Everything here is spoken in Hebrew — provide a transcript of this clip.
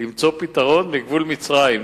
למצוא פתרון לגבול מצרים.